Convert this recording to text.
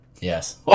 Yes